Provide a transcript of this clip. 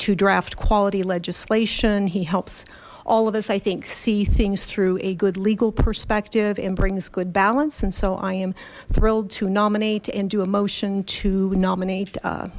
to draft quality legislation he helps all of us i think see things through a good legal perspective and brings good balance and so i am thrilled to nominate and do a motion to nominate